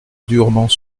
durement